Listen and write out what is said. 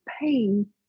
pain